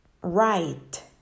right